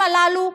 האנשים הללו,